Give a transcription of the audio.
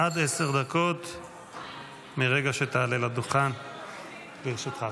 עד עשר דקות מרגע שתעלה לדוכן לרשותך.